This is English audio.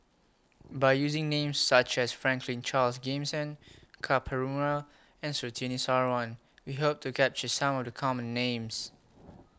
By using Names such as Franklin Charles Gimson Ka Perumal and Surtini Sarwan We Hope to capture Some of The Common Names